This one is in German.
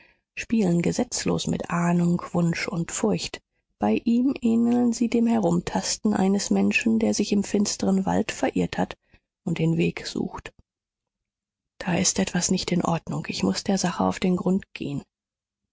spielen gesetzlos mit ahnung wunsch und furcht bei ihm ähneln sie dem herumtasten eines menschen der sich im finsteren wald verirrt hat und den weg sucht da ist etwas nicht in ordnung ich muß der sache auf den grund gehen